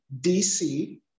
DC